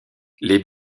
les